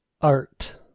art